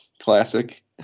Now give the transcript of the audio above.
classic